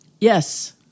Yes